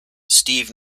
steve